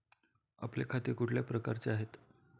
आपले खाते कुठल्या प्रकारचे आहे?